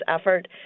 effort